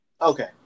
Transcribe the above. Okay